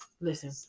Listen